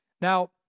Now